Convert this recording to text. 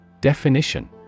Definition